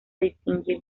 distinguir